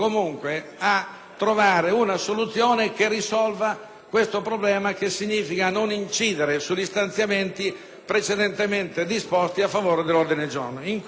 trovare una soluzione che risolva questo problema, il che significa non incidere sugli stanziamenti precedentemente disposti e presentare un ordine del giorno.